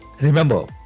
Remember